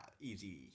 easy